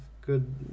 good